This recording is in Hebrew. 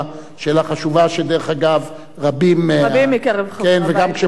שאלה חשובה, שדרך אגב, רבים מבקשים, גם כשפורסם.